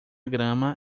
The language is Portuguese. grama